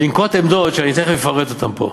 לנקוט עמדות שאני תכף אפרט אותן פה,